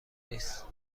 نیست